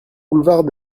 boulevard